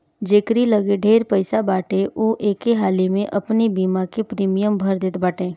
जकेरी लगे ढेर पईसा बाटे उ एके हाली में अपनी बीमा के प्रीमियम भर देत बाटे